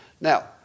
Now